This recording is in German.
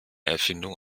erfindung